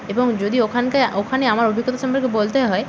এবং যদি ওখানে ওখানে আমার অভিজ্ঞতা সম্পর্কে বলতেই হয়